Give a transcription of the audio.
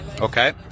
Okay